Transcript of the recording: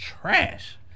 trash